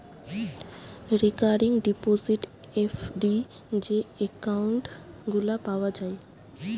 recurring deposit, FD যে account গুলা পাওয়া যায়